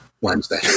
Wednesday